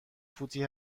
فوتی